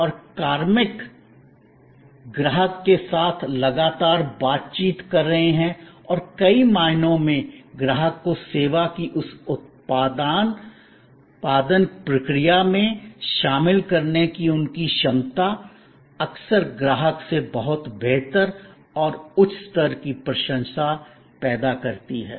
और कार्मिक ग्राहक के साथ लगातार बातचीत कर रहे हैं और कई मायनों में ग्राहक को सेवा की उस उत्पादन प्रक्रिया में शामिल करने की उनकी क्षमता अक्सर ग्राहक से बहुत बेहतर और उच्च स्तर की प्रशंसा पैदा करती है